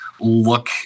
look